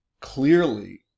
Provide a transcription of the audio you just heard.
clearly